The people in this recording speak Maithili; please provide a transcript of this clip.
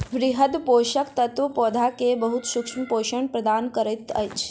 वृहद पोषक तत्व पौधा के बहुत सूक्ष्म पोषण प्रदान करैत अछि